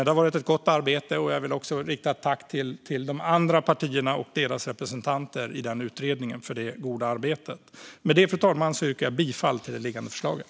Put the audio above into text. Det har varit ett gott arbete, och jag vill rikta ett tack även till de andra partierna och deras representanter i utredningen för detta goda arbete. Med det, fru talman, yrkar jag bifall till det liggande förslaget.